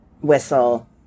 Whistle